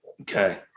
Okay